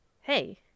hey